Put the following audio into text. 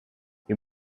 you